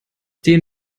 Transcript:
den